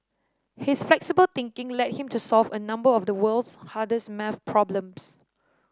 his flexible thinking led him to solve a number of the world's hardest maths problems